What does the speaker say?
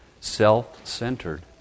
self-centered